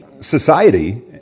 society